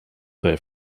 there